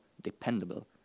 dependable